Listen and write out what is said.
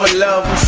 but love